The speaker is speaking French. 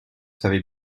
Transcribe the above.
savez